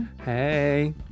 hey